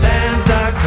Santa